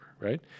right